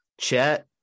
chet